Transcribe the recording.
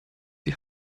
die